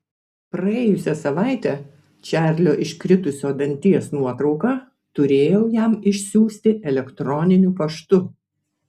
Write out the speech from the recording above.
praėjusią savaitę čarlio iškritusio danties nuotrauką turėjau jam išsiųsti elektroniniu paštu